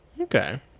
okay